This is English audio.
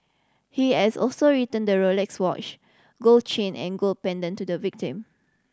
he has also return the Rolex watch gold chain and gold pendant to the victim